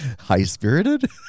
high-spirited